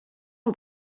aux